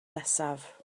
nesaf